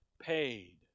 paid